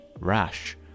rash